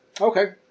Okay